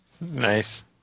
Nice